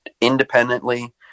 independently